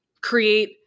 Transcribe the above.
create